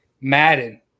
Madden